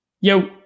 Yo